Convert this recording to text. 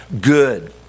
good